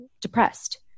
depressed